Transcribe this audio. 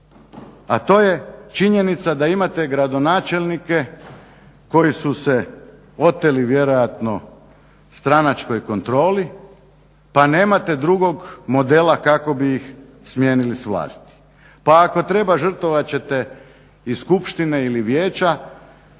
a to je činjenica da imate gradonačelnike koji su se oteli vjerojatno stranačkoj kontroli pa nemate drugog modela kako bi ih smijenili s vlasti. pa ako treba žrtvovat ćete i skupštine ili vijeća